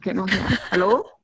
hello